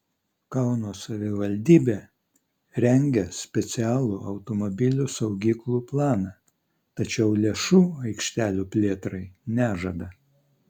kauno savivaldybė rengia specialų automobilių saugyklų planą tačiau lėšų aikštelių plėtrai nežada